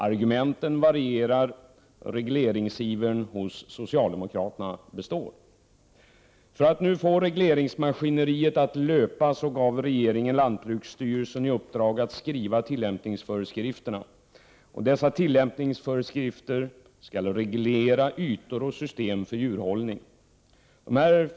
Argumenten varierar, men regleringsivern hos socialdemokraterna består. För att nu få regleringsmaskineriet att löpa gav regeringen lantbruksstyrelsen i uppdrag att skriva tillämpningsföreskrifterna. Dessa tillämpningsföreskrifter skall reglera ytor och system för djurhållning.